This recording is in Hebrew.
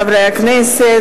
חברי חברי הכנסת,